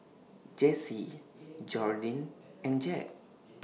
Jessee Jordyn and Jack